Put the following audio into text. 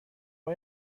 های